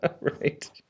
Right